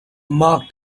marked